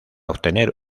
obtener